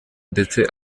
ndetse